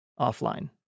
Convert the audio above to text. offline